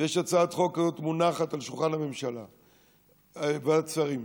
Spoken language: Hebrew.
הצעת חוק כזאת מונחת על שולחן ועדת השרים,